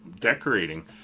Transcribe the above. decorating